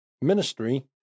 ministry